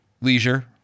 Leisure